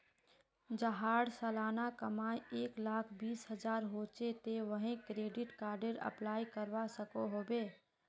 जहार सालाना कमाई एक लाख बीस हजार होचे ते वाहें क्रेडिट कार्डेर अप्लाई करवा सकोहो होबे?